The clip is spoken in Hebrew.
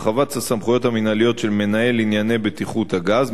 הרחבת הסמכויות המינהליות של מנהל ענייני בטיחות הגז,